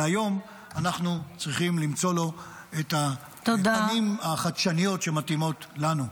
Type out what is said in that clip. והיום אנחנו צריכים למצוא לו את הפנים החדשניות שמתאימות לנו.